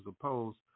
opposed